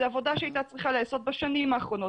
זו עבודה שהייתה צריכה להיעשות בשנים האחרונות